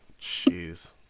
Jeez